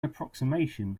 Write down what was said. approximation